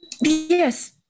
Yes